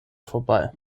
vorbei